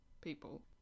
people